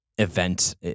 Event